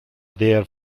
there